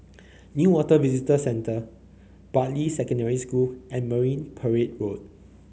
Newater Visitor Centre Bartley Secondary School and Marine Parade Road